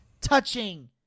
touching